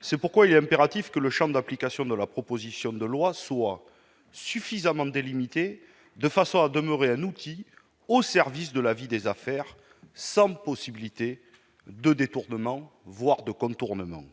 cette raison, il est impératif que le champ d'application de la proposition de loi soit suffisamment délimité, afin que ce texte demeure un outil au service de la vie des affaires, sans possibilité de détournement, voire de contournement.